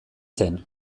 zen